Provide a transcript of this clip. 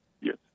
Yes